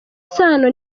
isano